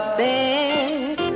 bed